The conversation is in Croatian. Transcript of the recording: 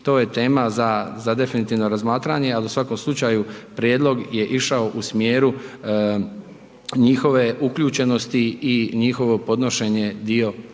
to je tema za definitivno razmatranje, ali u svakom slučaju prijedlog je išao u smjeru njihove uključenosti i njihovo podnošenje dio tereta